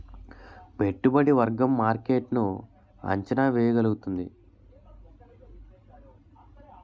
పెట్టుబడి వర్గం మార్కెట్ ను అంచనా వేయగలుగుతుంది